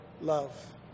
love